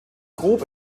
grob